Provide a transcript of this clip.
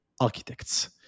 architects